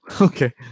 okay